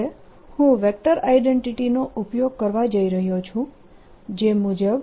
હવે હું vector identity નો ઉપયોગ કરવા જઇ રહ્યો છું જે મુજબ